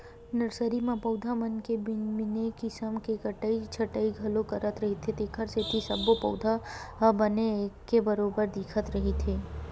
nursery म पउधा मन के बने किसम ले कटई छटई घलो करत रहिथे तेखरे सेती सब्बो पउधा ह बने एके बरोबर दिखत रिहिस हे